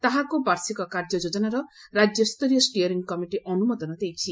ତାହାକୁ ବାର୍ଷିକ କାର୍ଯ୍ୟ ଯୋଜନାର ରାଜ୍ୟ ସ୍ତରୀୟ ଷ୍ଟିଅରିଂ କମିଟି ଅନୁମୋଦନ ଦେଇଛି